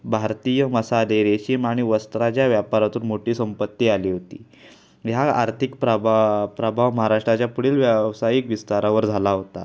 भारतीय मसाले रेशीम आणि वस्त्राच्या व्यापारातून मोठी संपत्ती आली होती ह्या आर्थिक प्रभा प्रभाव महाराष्ट्राच्या पुढील व्यावसायिक विस्तारावर झाला होता